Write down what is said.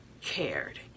cared